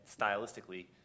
stylistically